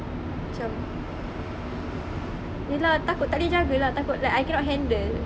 macam ye lah takut tak boleh jaga takut like I cannot handle